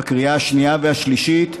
בקריאה השנייה והשלישית,